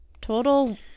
Total